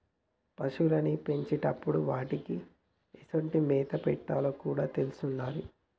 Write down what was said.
పశువుల్ని పెంచేటప్పుడు వాటికీ ఎసొంటి మేత పెట్టాలో కూడా తెలిసుండాలి